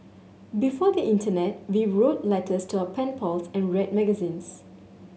before the internet we wrote letters to our pen pals and read magazines